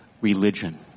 Religion